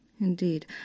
Indeed